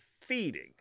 feeding